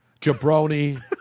Jabroni